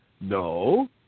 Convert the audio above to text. No